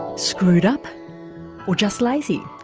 screwed up or just lazy?